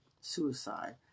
suicide